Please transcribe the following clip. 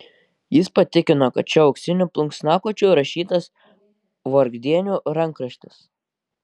jis patikino kad šiuo auksiniu plunksnakočiu rašytas vargdienių rankraštis